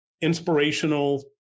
inspirational